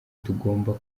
tugomba